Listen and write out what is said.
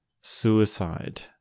suicide